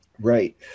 Right